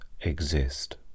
exist